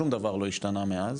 שום דבר לא השתנה מאז